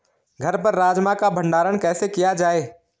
घर पर राजमा का भण्डारण कैसे किया जाय?